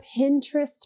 Pinterest